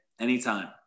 anytime